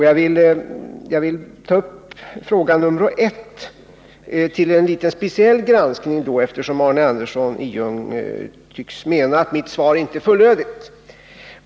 Jag vill ta upp fråga nr 1 till en speciell liten granskning, eftersom Arne Andersson i Ljung tycks mena att mitt svar inte är fullödigt.